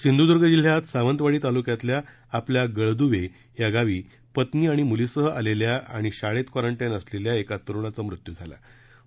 सिंधुदुर्ग जिल्ह्यात सावंतवाडी तालुक्यातल्या आपल्या गळदुवे या गावी पत्नी आणि मुलीसह आलेल्या आणि शाळेत क्वॉरन्टाईन असलेल्या एका तरुणाचा मृत्यू झालाय